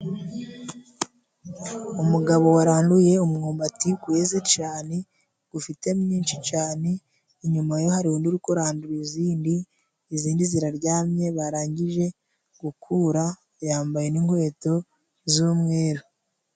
Umugabo waranduye umwumbati weze cyane ufite nyinshi cyane, inyuma ye hari undi uri kurandura iyindi, iyindi iraryamye barangije gukura, yambaye n'inkweto z'umweru.